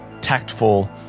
tactful